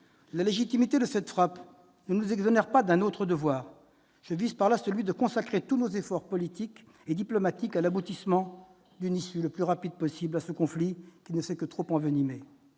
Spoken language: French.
la légitimité de cette frappe ne nous exonère pas d'un autre devoir, celui de consacrer tous nos efforts politiques et diplomatiques à trouver une issue la plus rapide possible à ce conflit, qui ne s'est que trop envenimé.